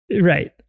Right